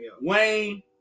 Wayne